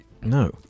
No